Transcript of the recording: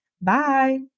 Bye